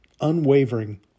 unwavering